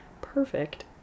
perfect